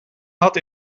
had